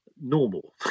normal